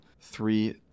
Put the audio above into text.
three